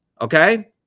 okay